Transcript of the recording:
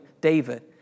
David